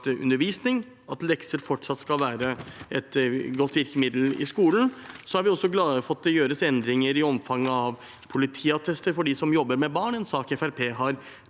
at lekser fortsatt skal være et godt virkemiddel i skolen. Vi er også glad for at det gjøres endringer i omfanget av politiattester for dem som jobber med barn. Det er en sak